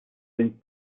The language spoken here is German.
den